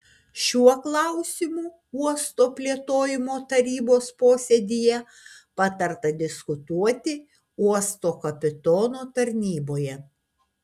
šiuo klausimu uosto plėtojimo tarybos posėdyje patarta diskutuoti uosto kapitono tarnyboje